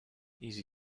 easy